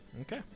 Okay